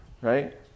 Right